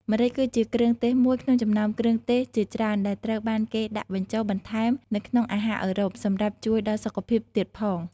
ម្រេច គឺជាគ្រឿងទេសមួយ ក្នុងចំណោមគ្រឿងទេសជាច្រើន ដែលត្រូវគេបានដាក់បញ្ចូល បន្ថែមនៅក្នុងអាហារអឺរ៉ុប សម្រាប់ជួយដល់សុខភាពទៀតផង។